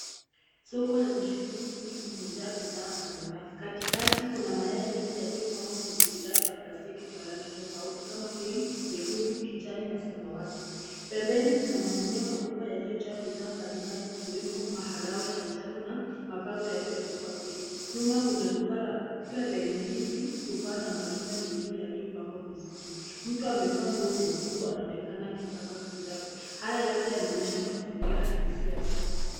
Soko lenye shughuli nyingi limejaa bidhaa mbalimbali. Katikati kuna mayai mengi yaliyopangwa kwenye vifaa vya plastiki vya rangi tofauti kama vile nyekundu, kijani na samawati. Pembeni kuna magunia makubwa yaliyojaa bidhaa mbalimbali ikiwemo maharagwe ya njano na mabango yaliyoandikwa bei. Nyuma kuna duka lenye ndizi, tufa na matunda mengine yaliyopangwa vizuri. Mtu amevaa nguo nyekundu anaonekana akipanga bidhaa. Haya yote yanaonyesha mazingira halisi ya soko.